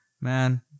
man